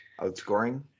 Outscoring